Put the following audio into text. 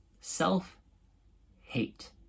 Self-hate